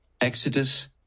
Exodus